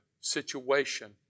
situation